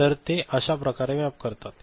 तर ते अश्याप्रकारे मॅप करतात